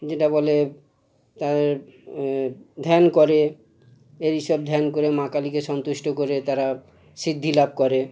যেটা বলে তাদের ধ্যান করে এই সব ধ্যান করে মা কালীকে সন্তুষ্ট করে তারা সিদ্ধি লাভ করে